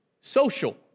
social